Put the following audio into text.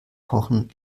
kochen